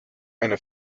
eine